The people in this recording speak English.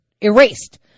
erased